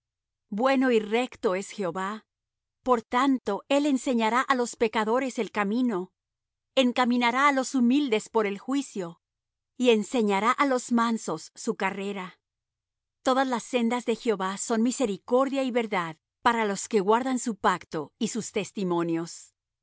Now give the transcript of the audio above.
bueno y recto es jehová por tanto él enseñará á los pecadores el camino encaminará á los humildes por el juicio y enseñará á los mansos su carrera todas las sendas de jehová son misericordia y verdad para los que guardan su pacto y sus testimonios